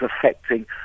affecting